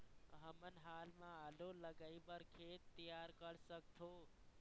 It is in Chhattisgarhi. हमन हाल मा आलू लगाइ बर खेत तियार कर सकथों?